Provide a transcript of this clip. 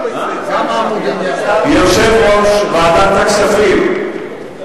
יושב-ראש ועדת הכספים,